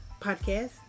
podcast